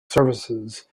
services